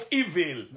evil